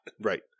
Right